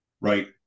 Right